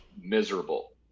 miserable